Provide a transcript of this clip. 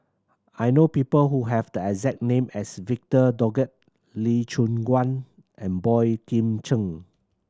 I know people who have the exact name as Victor Doggett Lee Choon Guan and Boey Kim Cheng